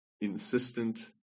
insistent